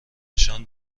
نشان